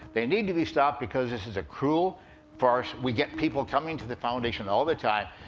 they need to be stopped because this is a cruel farce. we get people coming to the foundation all the time.